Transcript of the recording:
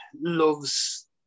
loves